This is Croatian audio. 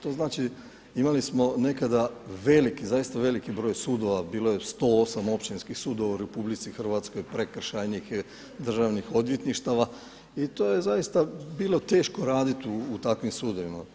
To znači, imali smo nekada veliki, zaista veliki broj sudova, bilo je 108 općinskih sudova u RH, prekršajnih, državnih odvjetništava i to je zaista bilo teško raditi u takvim sudovima.